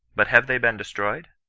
but have they been destroyed?